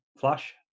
Flash